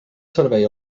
servei